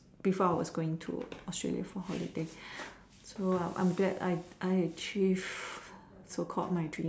before I was going to Australia for holiday so I am glad I I achieved so called my dream